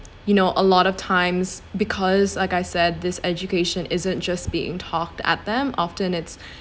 you know a lot of times because like I said this education isn't just being talked at them often it's